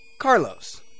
Carlos